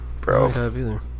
bro